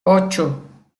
ocho